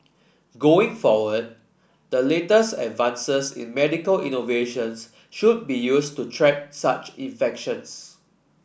going forward the latest advances in medical innovations should be used to track such infections